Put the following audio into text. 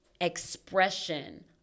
expression